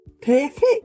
Perfect